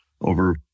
over